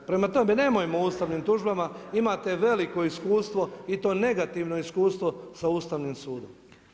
Prema tome nemojmo o ustavnim tužbama, imate veliko iskustvo i to negativno iskustvo sa ustavnim sudom.